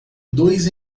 dois